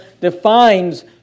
defines